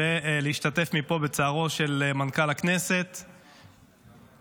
אני משתתף מפה בצערו של מנכ"ל הכנסת צ'יקו.